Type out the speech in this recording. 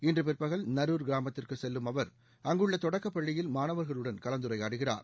இன்று பிற்பகல் நரூர் கிராமத்திற்கு செல்லும் அவர் அங்குள்ள தொடக்கப்பள்ளியில் மாணவர்களுடன் கலந்துரையாடுகிறார்